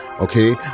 Okay